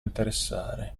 interessare